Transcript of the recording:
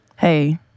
Hey